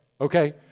okay